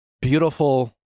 beautiful